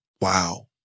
Wow